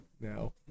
now